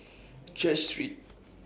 Church Street